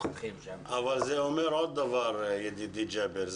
זה אומר עוד דבר, ידידי ג'אבר.